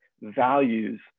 values